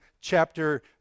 chapter